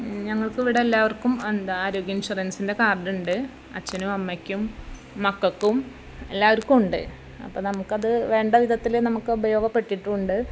ഞങ്ങൾക്കിവിടെ എല്ലാവർക്കും എന്താ ആരോഗ്യ ഇൻഷുറൻസിൻ്റെ കാർഡ്ണ്ട് അച്ഛനും അമ്മയ്ക്കും മക്കൾക്കും എല്ലാവർക്കുമുണ്ട് അപ്പോൾ നമുക്കത് വേണ്ട വിധത്തിൽ നമുക്ക് ഉപയോഗപെട്ടിട്ടുണ്ട്